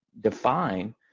define